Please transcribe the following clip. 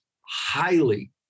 highly